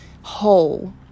whole